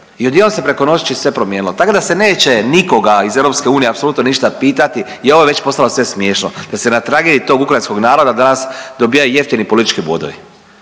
I odjednom se preko noći sve promijenilo. Tako da se neće nikoga iz EU apsolutno ništa pitati i ovo je već postalo sve smiješno. Da se na tragediji tog ukrajinskog naroda dobivaju jeftini politički bodovi.